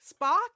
Spock